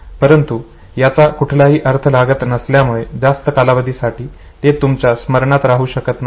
परंतु याचा कुठलाही अर्थ लागत नसल्यामुळे जास्त कालावधीसाठी ते तुमच्या स्मरणात राहू शकत नाही